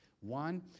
One